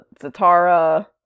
Zatara